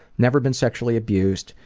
never been sexually abused.